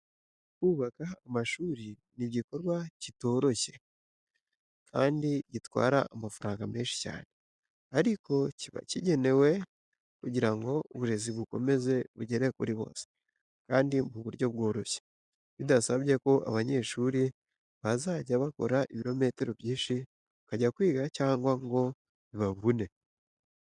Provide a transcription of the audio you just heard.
Kubaka amashuri ni igikorwa kitoroshye kandi gitwara amafaranga menshi cyane, ariko kiba gikenewe kugira ngo uburezi bukomeze bugere kuri bose kandi mu buryo bworoshye, bidasabye ko abanyeshuri bazajya bakora ibirometero byinshi bajya kwiga cyangwa ngo bibavune.